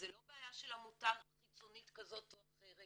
זה לא בעיה של עמותה חיצונית כזאת או אחרת,